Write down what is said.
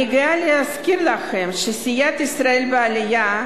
אני גאה להזכיר לכם שסיעת ישראל בעלייה,